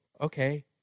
Okay